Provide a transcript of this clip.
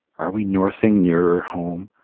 are we northing nearer home,